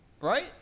right